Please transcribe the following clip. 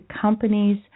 companies